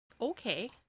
okay